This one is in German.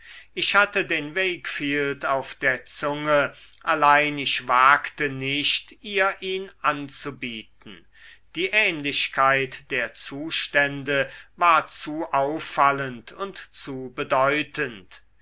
ich hatte den wakefield auf der zunge allein ich wagte nicht ihr ihn anzubieten die ähnlichkeit der zustände war zu auffallend und zu bedeutend